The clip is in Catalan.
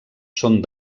són